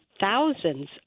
thousands